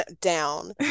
Down